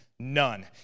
None